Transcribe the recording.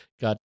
got